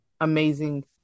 amazing